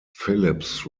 phillips